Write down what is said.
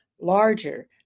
larger